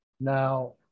Now